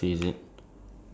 float ah